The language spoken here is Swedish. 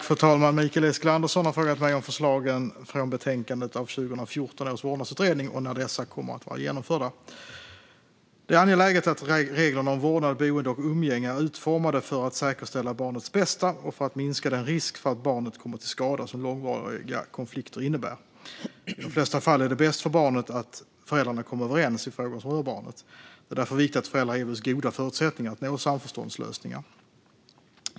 Fru talman! Mikael Eskilandersson har frågat mig om förslagen från betänkandet av 2014 års vårdnadsutredning och när dessa kommer att vara genomförda. Det är angeläget att reglerna om vårdnad, boende och umgänge är utformade för att säkerställa barnets bästa och för att minska den risk för att barnet kommer till skada som långvariga konflikter innebär. I de flesta fall är det bäst för barnet att föräldrarna kommer överens i frågor som rör barnet. Det är därför viktigt att föräldrar erbjuds goda förutsättningar att nå samförståndslösningar.